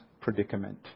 predicament